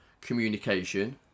communication